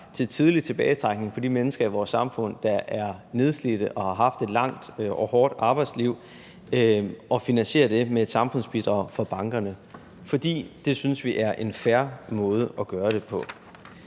til en tidlig tilbagetrækning for de mennesker i vores samfund, der er nedslidte og har haft et langt og hårdt arbejdsliv, og at finansiere det med et samfundsbidrag fra bankerne, fordi vi synes, det er en fair måde at gøre det på.